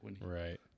Right